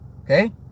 okay